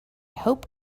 hope